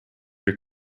your